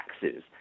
taxes